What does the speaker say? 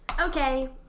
Okay